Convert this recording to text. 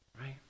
right